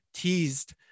teased